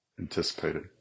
anticipated